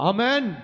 Amen